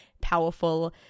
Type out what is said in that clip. powerful